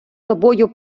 тобою